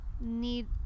need